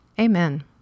amen